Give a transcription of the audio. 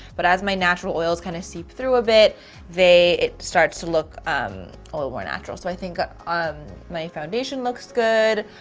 but as my natural oils kind of seep through a bit it starts to look um a little more natural. so i think um my foundation looks good,